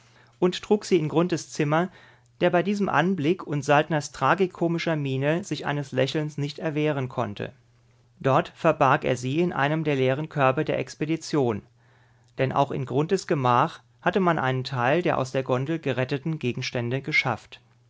und trug sie in grunthes zimmer der bei diesem anblick und saltners tragikomischer miene sich eines lächelns nicht erwehren konnte dort verbarg er sie in einem der leeren körbe der expedition denn auch in grunthes gemach hatte man einen teil der aus der gondel geretteten gegenstände geschafft